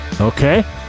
Okay